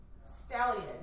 stallion